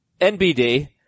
NBD